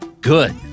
good